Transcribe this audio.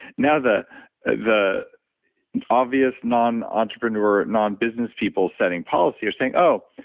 now, the the obvious non entrepreneur, non-business people setting policy are saying, oh,